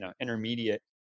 intermediate